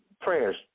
prayers